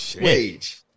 Wage